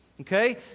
Okay